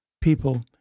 People